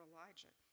Elijah